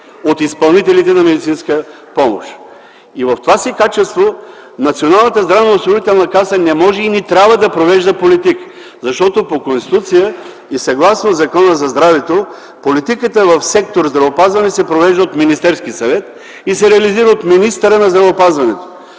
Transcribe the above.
от изпълнителите на медицинска помощ. В това си качество Националната здравноосигурителна каса не може и не трябва да провежда политика, защото по Конституция и съгласно Закона за здравето политиката в сектор здравеопазване се провежда от Министерския съвет и се реализира от министъра на здравеопазването.